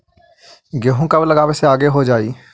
गेहूं कब लगावे से आगे हो जाई?